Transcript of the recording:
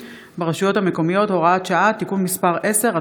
ברשויות המקומיות (הוראת שעה) (תיקון מס' 10),